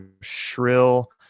shrill